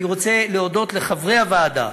אני רוצה להודות לחברי הוועדה,